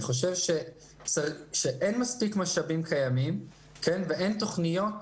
אני חושב שאין מספיק משאבים קיימים ואין תוכניות